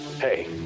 Hey